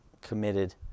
committed